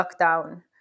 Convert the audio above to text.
lockdown